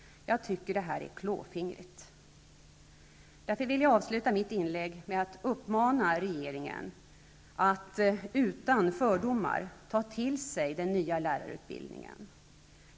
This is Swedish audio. Jag tycker detta är klåfingrigt. Herr talman! Därför vill jag avsluta mitt inlägg med att uppmana regeringen att utan fördomar ta till sig den nya grundskollärarutbildningen.